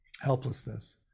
helplessness